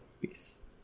peace